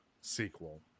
sequel